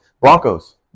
Broncos